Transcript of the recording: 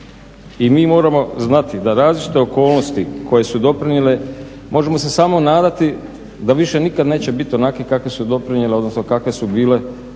I mi moramo znati da različite okolnosti koje su doprinijele možemo se samo nadati da više nikad neće biti onakvi kakvi su doprinijele odnosno kakve su bile za ove